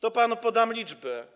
To panu podam liczby.